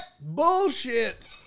Bullshit